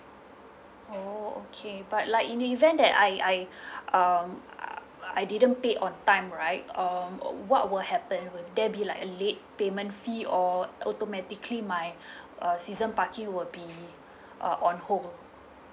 oh okay but like in the event that I I um I didn't pay on time right um what will happen will there be like a late payment fee or automatically my uh season parking will be uh on hold